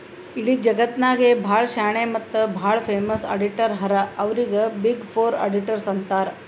ಇಡೀ ಜಗತ್ನಾಗೆ ಭಾಳ ಶಾಣೆ ಮತ್ತ ಭಾಳ ಫೇಮಸ್ ಅಡಿಟರ್ ಹರಾ ಅವ್ರಿಗ ಬಿಗ್ ಫೋರ್ ಅಡಿಟರ್ಸ್ ಅಂತಾರ್